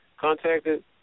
contacted